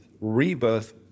Rebirth